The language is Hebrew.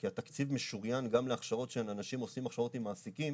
כי התקציב משוריין גם להכשרות שאנשים עושים הכשרות עם מעסיקים,